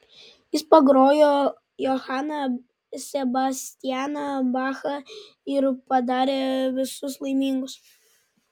jis pagrojo johaną sebastianą bachą ir padarė visus laimingus